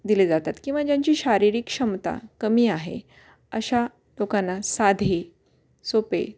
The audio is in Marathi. दिले जातात किंवा ज्यांची शारीरिक क्षमता कमी आहे अशा लोकांना साधे सोपे